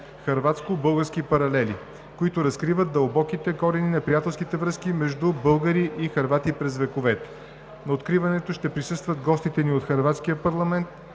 хърватско-български паралели“, която разкрива дълбоките корени на приятелските връзки между българи и хървати през вековете. На откриването ще присъстват гостите ни от хърватския парламент.